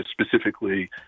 specifically